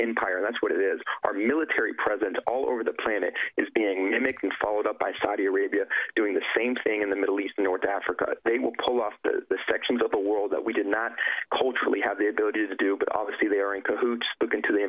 entire that's what it is our military presence all over the planet is being a making followed up by saudi arabia doing the same thing in the middle east north africa they will pull off the sections of the world that we did not culturally have the ability to do but obviously they're in cahoots going to the